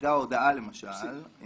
שההצגה "הודאה" למשל,